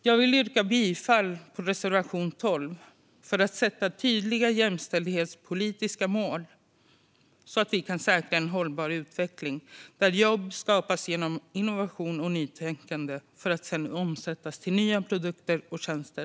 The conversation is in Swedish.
Jag vill yrka bifall till reservation 12 för att sätta tydliga jämställdhetspolitiska mål så att vi kan säkra en hållbar utveckling där jobb skapas genom innovation och nytänkande för att sedan omsättas i nya produkter och tjänster.